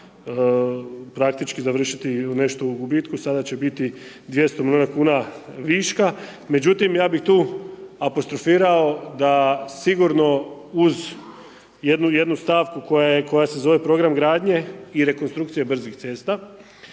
plan praktički završiti nešto u gubitku, sada će biti 200 milijuna kn višaka. Međutim, ja bi tu apostrofirao da sigurno uz jednu stavku, koja se zove program gradnje i rekonstrukcije brzih cesta,